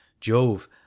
jove